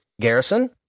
Garrison